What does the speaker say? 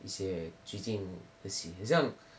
一些最近的戏很像